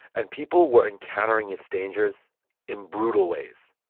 and people were encountering its dangers in brutal ways